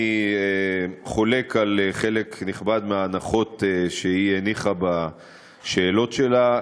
אני חולק על חלק נכבד מההנחות שהיא הניחה בשאלות שלה.